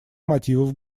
мотивов